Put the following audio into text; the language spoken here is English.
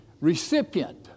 recipient